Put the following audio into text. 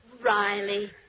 Riley